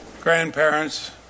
grandparents